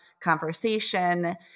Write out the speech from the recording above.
conversation